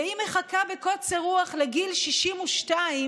והיא מחכה בקוצר רוח לגיל 62,